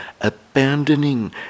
abandoning